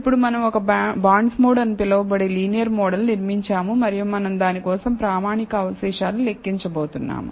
ఇప్పుడు మనం ఒక బాండ్స్మోడ్ అని పిలువబడే లీనియర్ మోడల్ నిర్మించాము మరియు మనం దాని కోసం ప్రామాణిక అవశేషాలు లెక్కించబోతున్నాము